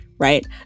Right